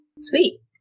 Sweet